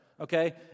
okay